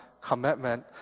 commitment